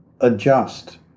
adjust